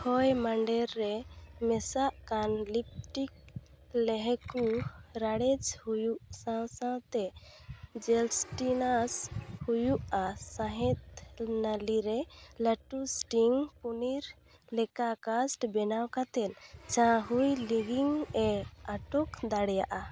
ᱦᱚᱭ ᱢᱟᱸᱰᱮᱨ ᱨᱮ ᱢᱮᱥᱟᱜᱠᱟᱱ ᱞᱤᱯᱴᱤᱠ ᱞᱮᱦᱮᱠᱚ ᱨᱟᱲᱮᱡᱽ ᱦᱩᱭᱩᱜ ᱥᱟᱶ ᱥᱟᱶᱛᱮ ᱡᱮᱞᱥᱴᱤᱱᱟᱥ ᱦᱩᱭᱩᱜᱼᱟ ᱥᱟᱦᱮᱸᱫᱽ ᱱᱟᱞᱤᱨᱮ ᱞᱟᱹᱴᱩ ᱥᱴᱤᱝ ᱯᱚᱱᱤᱨ ᱞᱮᱠᱟ ᱠᱟᱥᱴ ᱵᱮᱱᱟᱣ ᱠᱟᱛᱮᱫ ᱪᱟᱦᱩᱭ ᱞᱟᱹᱜᱤᱫ ᱤᱧᱮ ᱟᱴᱚᱠ ᱫᱟᱲᱮᱭᱟᱜᱼᱟ